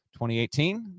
2018